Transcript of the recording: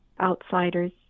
outsiders